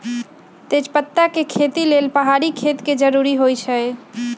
तजपत्ता के खेती लेल पहाड़ी खेत के जरूरी होइ छै